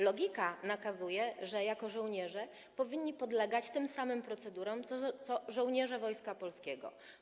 Logika wskazuje, że jako żołnierze powinni podlegać tym samym procedurom co żołnierze Wojska Polskiego.